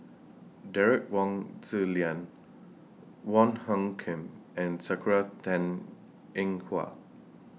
Derek Wong Zi Liang Wong Hung Khim and Sakura Teng Ying Hua